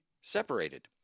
separated